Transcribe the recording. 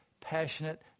passionate